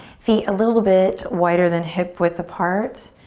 feet a little bit wider than hip width apart.